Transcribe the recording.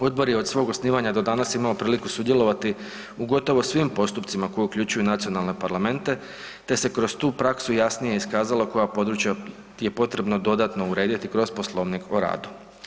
Odbor je od svog osnivanja do danas imao priliku sudjelovati u gotovo svim postupcima koji uključuju nacionalne parlamente, te se kroz tu praksu jasnije iskazalo koja područja je potrebno dodatno urediti kroz Poslovnik o radu.